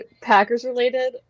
Packers-related